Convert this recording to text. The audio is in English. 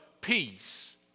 peace